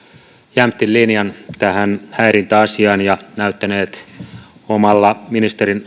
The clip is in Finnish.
jämptin linjan tähän häirintäasiaan ja näyttänyt omalla ministerin